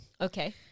okay